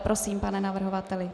Prosím, pane navrhovateli.